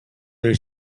their